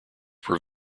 were